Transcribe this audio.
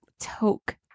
toke